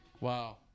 Wow